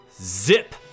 zip